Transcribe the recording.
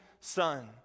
son